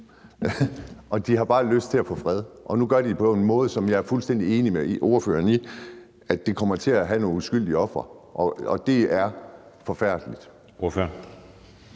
og de har bare lyst til at få fred, og nu gør de det på en måde, som jeg er fuldstændig enig med ordføreren i kommer til at få nogle uskyldige ofre, og det er forfærdeligt. Kl.